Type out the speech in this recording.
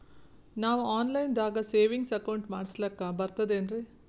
ನಾವು online ದಾಗ savings account ಮಾಡಸ್ಲಾಕ ಬರ್ತದೇನ್ರಿ?